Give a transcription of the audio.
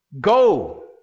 go